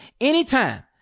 anytime